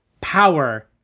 power